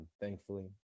thankfully